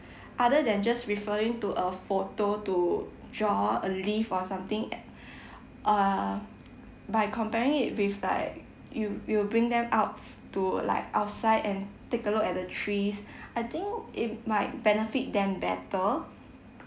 other than just referring to a photo to draw a leave or something eh uh by comparing it with like you you will bring them out to like outside and take a look at the trees I think it might benefit them better